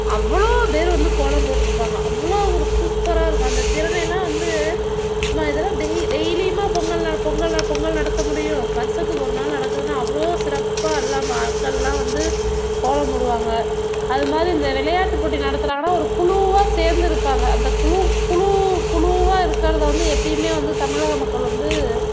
அவ்வளோ பேர் வந்து கோலம் போட்டுருப்பாங்க அவ்வளோ ஒரு சூப்பராக இருக்கும் அந்த திறமைலாம் வந்து நம்ம இதெல்லாம் டெய்லியுமா பொங்கல் பொங்கல் பொங்கல் நடத்த முடியும் வருஷத்துக்கு ஒரு நாள் நடக்குதுனா அவ்வளோ சிறப்பாக எல்லா மக்கள்லாம் வந்து கோலம் போடுவாங்க அதுமாதிரி இந்த விளையாட்டுப் போட்டி நடத்துகிறாங்கனா ஒரு குழுவாக சேந்திருப்பாங்க அந்தக் குழு குழு குழுவாக இருக்கிறத வந்து எப்பயும் வந்து தமிழக மக்கள் வந்து